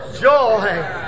joy